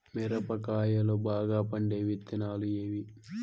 మిరప కాయలు బాగా పండే విత్తనాలు ఏవి